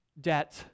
debt